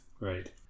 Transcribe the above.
Right